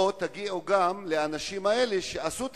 או שתגיעו גם לאנשים האלה שעשו את